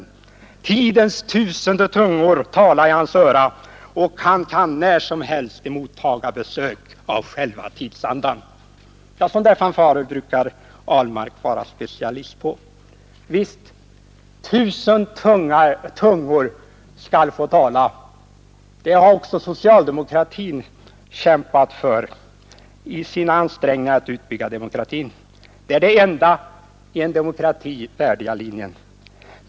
Tidens tusende tungor tala i hans öra, och han kan när som helst emottaga besök av själva tidsandan.” Ja, sådana fanfarer är herr Ahlmark specialist på. Visst skall tusen tungor få tala. Det har också socialdemokratin kämpat för i sina ansträngningar att utbygga demokratin. Det är den enda för en demokrati värdiga linjen.